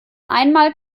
einmal